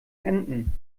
enten